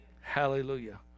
Hallelujah